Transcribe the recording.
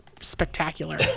spectacular